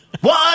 One